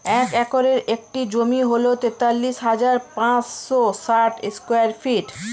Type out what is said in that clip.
এক একরের একটি জমি হল তেতাল্লিশ হাজার পাঁচশ ষাট স্কয়ার ফিট